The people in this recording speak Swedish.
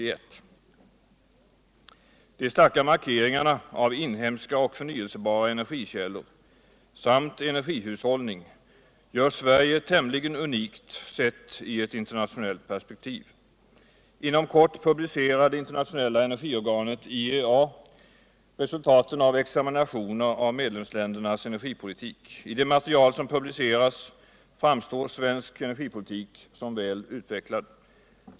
De starka markeringarna av inhemska och förnyelsebara energikällor samt energihushållning gör Sverige tämligen unikt sett i ett internationellt perspektiv. Inom kort publicerar det internationella energiorganet. IEA, resultaten av examinationer av medlemsländernas energipolitik. I det malerial som publiceras framstår svensk energipolitik som väl utvecklad.